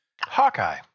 Hawkeye